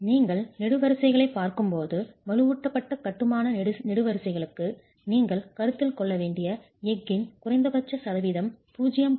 நீங்கள் நெடுவரிசைகளைப் பார்க்கும்போது வலுவூட்டப்பட்ட கட்டுமான நெடுவரிசைகளுக்கு நீங்கள் கருத்தில் கொள்ள வேண்டிய எஃகின் குறைந்தபட்ச சதவீதம் 0